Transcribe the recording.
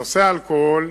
בנושא האלכוהול,